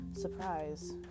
surprise